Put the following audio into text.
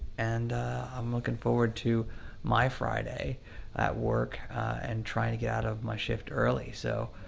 and i'm looking forward to my friday at work and trying to get out of my shift early. so,